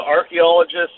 archaeologists